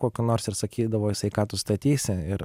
kokiu nors ir sakydavo jisai ką tu statysi ir